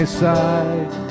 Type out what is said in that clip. side